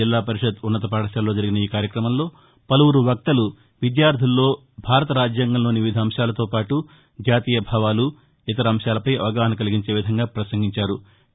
జిల్లా పరిషత్ ఉన్నతపాఠశాలలో జరిగిన ఈ కార్యక్రమంలో పలువురు వక్తలు విద్యార్దుల్లో భారత రాజ్యాంగంలోని వివిధ అంశాలతో పాటు జాతీయ భావాలు ఇతర అంశాలపై అవగాహన కల్గించే విధంగా ప్రసంగించారు